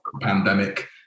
pandemic